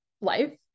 life